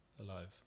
Alive